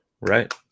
Right